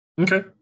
Okay